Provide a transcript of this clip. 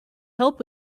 help